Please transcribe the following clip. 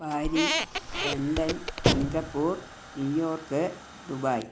Paris London Singapore New York Dubai